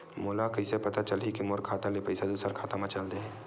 मोला कइसे पता चलही कि मोर खाता ले पईसा दूसरा खाता मा चल देहे?